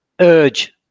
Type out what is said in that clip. urge